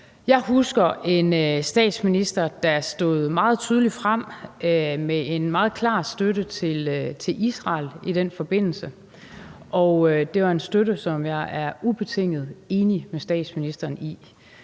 Jeg husker en statsminister, der stod meget tydeligt frem med en meget klar støtte til Israel i den forbindelse, og det var en støtte, som jeg er ubetinget enig med statsministeren i.